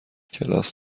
کلاس